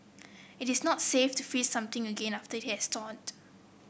it is not safe to freeze something again after it has thawed